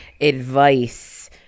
advice